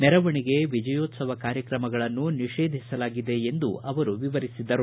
ಮೆರವಣಿಗೆ ವಿಜಯೋತ್ಲವ ಕಾರ್ಯತ್ರಮಗಳನ್ನು ನಿಷೇಧಿಸಲಾಗಿದೆ ಎಂದು ಅವರು ವಿವರಿಸಿದರು